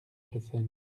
chassaigne